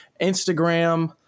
Instagram